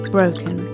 Broken